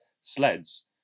sleds